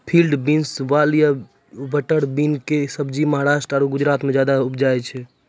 field beans, वाल या butter bean कॅ सब्जी महाराष्ट्र आरो गुजरात मॅ ज्यादा उपजावे छै